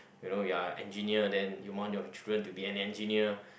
you know you're an engineer then you want your children to be an engineer